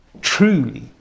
truly